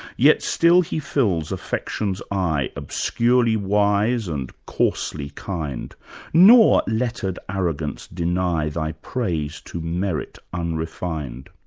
yet still he fills affection's eye obscurely wise and coarsely kind nor lettered arrogance deny thy praise to merit unrefined.